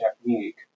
technique